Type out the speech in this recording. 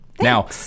Now